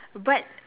but